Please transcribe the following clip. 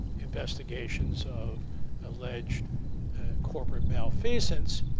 investigations of alleged corporate malfeasance.